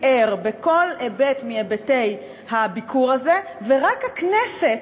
ער בכל היבט מהיבטי הביקור הזה ורק הכנסת,